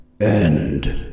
end